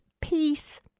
Peace